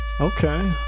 okay